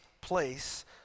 place